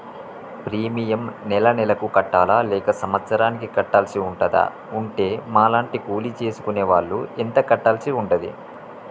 Premium నెల నెలకు కట్టాలా లేక సంవత్సరానికి కట్టాల్సి ఉంటదా? ఉంటే మా లాంటి కూలి చేసుకునే వాళ్లు ఎంత కట్టాల్సి ఉంటది?